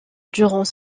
durant